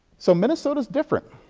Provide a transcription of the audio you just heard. so minnesotais different.